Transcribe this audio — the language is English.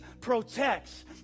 protects